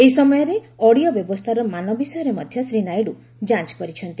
ଏହି ସମୟରେ ଅଡ଼ିଓ ବ୍ୟବସ୍ଥାର ମାନ ବିଷୟରେ ମଧ୍ୟ ଶ୍ରୀ ନାଇଡୁ ଯାଞ୍ଚ କରିଛନ୍ତି